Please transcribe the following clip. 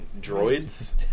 droids